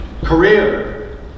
career